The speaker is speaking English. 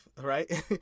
right